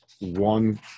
one